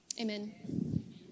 amen